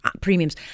premiums